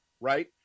right